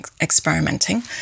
experimenting